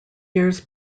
years